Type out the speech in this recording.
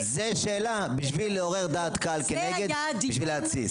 זו שאלה בשביל לעורר דעת קהל נגד, בשביל להתסיס.